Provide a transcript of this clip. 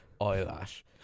Eyelash